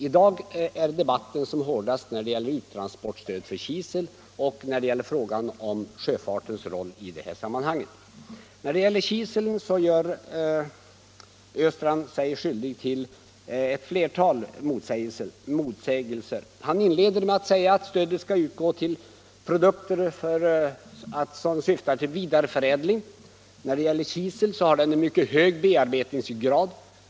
I dag är debatten som hårdast när det gäller uttransportstöd för kisel och i fråga om sjöfartens roll i det här sammanhanget. Vad beträffar kisel gör herr Östrand sig skyldig till ett flertal motsägelser. Han inledde med att säga att stödet skall utgå när man syftar till vidareförädling. Kisel har en mycket hög bearbetningsgrad.